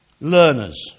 learners